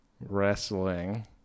wrestling